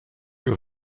que